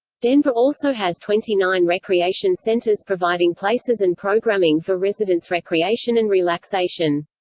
denver also has twenty nine recreation centers providing places and programming for resident's recreation and relaxation.